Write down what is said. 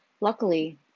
Luckily